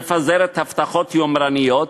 מפזרת הבטחות יומרניות,